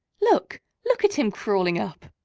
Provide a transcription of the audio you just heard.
look look at him crawling up!